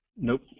Nope